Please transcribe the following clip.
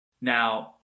Now